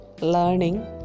learning